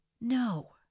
No